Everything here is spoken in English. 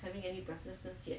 having any breathlessness yet